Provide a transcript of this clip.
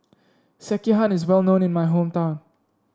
sekihan is well known in my hometown